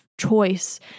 choice